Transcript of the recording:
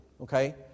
Okay